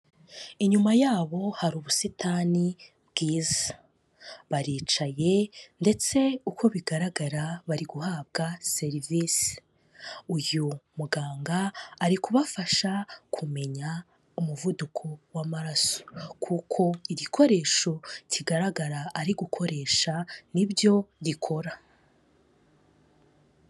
Inyuma yabo hari ubusitani bwiza. Baricaye ndetse uko bigaragara bari guhabwa serivise. Uyu muganga ari kubafasha kumenya umuvuduko w'amaraso. Kuko igikoresho kigaragara ari gukoresha ni byo gikora.